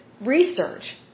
research